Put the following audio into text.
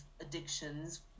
addictions